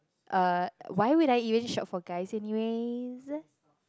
uh why would I even shop for guys anyways